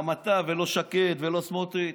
לא אתה ולא שקד ולא סמוטריץ'.